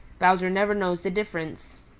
bowser never knows the difference.